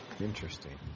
Interesting